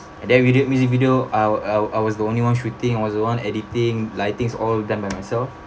and then we did music video I'll I'll I was the only one shooting I was the one editing lightings all done by myself